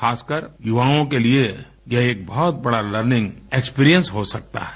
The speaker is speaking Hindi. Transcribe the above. खासकर युवाओं के लिए यह एक बहुत बड़ा लर्निंग एक्सपिरियंस हो सकता है